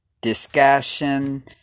discussion